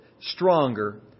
stronger